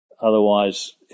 otherwise